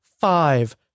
five